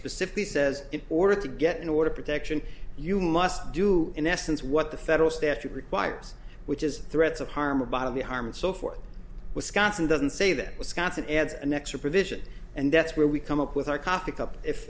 specifically says in order to get an order protection you must do in essence what the federal statute requires which is threats of harm or bodily harm and so forth wisconsin doesn't say that wisconsin adds an extra provision and that's where we come up with our coffee cup if